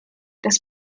des